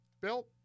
Bill